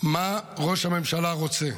מה ראש הממשלה רוצה,